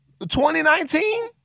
2019